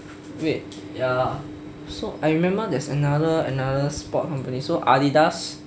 wait so I remember there's another another sport company so adidas